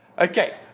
Okay